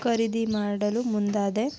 ಖರೀದಿ ಮಾಡಲು ಮುಂದಾದೆ